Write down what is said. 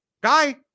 Guy